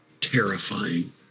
terrifying